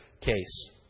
case